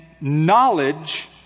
knowledge